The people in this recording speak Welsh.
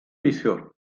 neithiwr